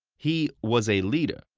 he was a leader,